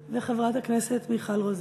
חבר הכנסת עמרם מצנע וחברת הכנסת מיכל רוזין.